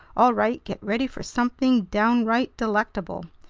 all right, get ready for something downright delectable!